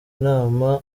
nama